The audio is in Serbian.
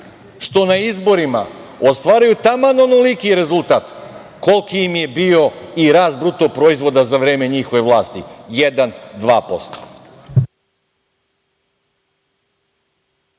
što na izborima ostvaruju taman onoliki rezultat koliki im je bio i rast bruto proizvoda za vreme njihove vlasti, 1%,